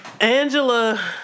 Angela